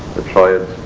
the triads,